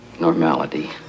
normality